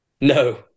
No